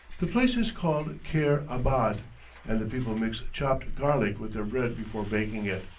the place is called kair-abad, and the people mix chopped garlic with their bread before baking it,